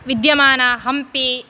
विद्यमाना हम्पी